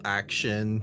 action